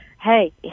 hey